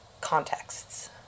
contexts